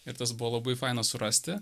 ir tas buvo labai faina surasti